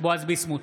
בועז ביסמוט,